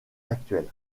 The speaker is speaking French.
actuelle